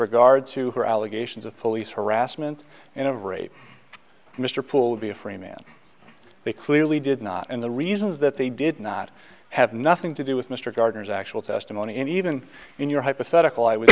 regard to her allegations of police harassment and of rape mr poole would be a free man they clearly did not and the reasons that they did not have nothing to do with mr gardner's actual testimony and even in your hypothetical i w